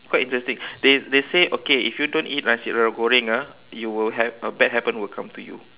quite interesting they they say okay if you don't eat nasi goreng ah you will have a bad happen will come to you